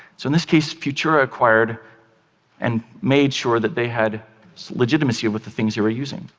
so in this case, futura acquired and made sure that they had legitimacy with the things they were using.